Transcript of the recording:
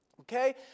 Okay